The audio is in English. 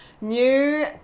new